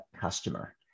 customer